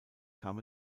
kam